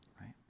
right